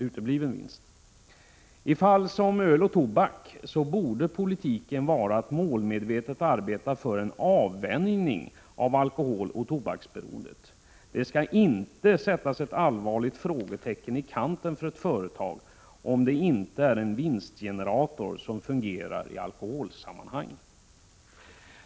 I fråga om produkter som öl och tobak borde politiken vara att målmedvetet arbeta för en avvänjning av alkoholoch tobaksberoende. Det skall inte sättas ett allvarligt frågetecken i kanten för ett företag, om det inte är en vinstgenerator som fungerar i alkoholsammanhang.